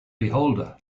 beholder